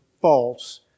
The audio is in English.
false